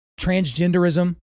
transgenderism